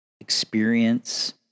experience